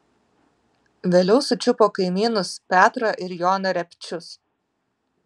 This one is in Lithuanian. vėliau sučiupo kaimynus petrą ir joną repčius